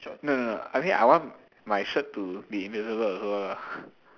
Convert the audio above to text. no no no I mean I want my shirt to be invisible also ah